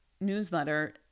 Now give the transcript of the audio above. newsletter